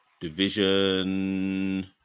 Division